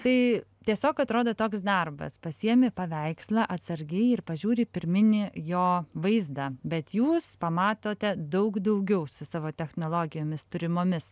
tai tiesiog atrodo toks darbas pasiemi paveikslą atsargiai ir pažiūri pirminį jo vaizdą bet jūs pamatote daug daugiau su savo technologijomis turimomis